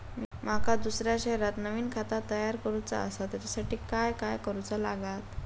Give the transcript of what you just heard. माका दुसऱ्या शहरात नवीन खाता तयार करूचा असा त्याच्यासाठी काय काय करू चा लागात?